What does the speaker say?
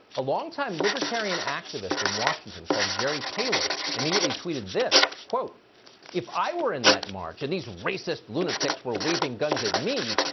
a longtime libertarian activist in washington called jerry taylor immediately tweeted this if i were in that march and these racist looted techs were waving guns at me,